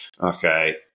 Okay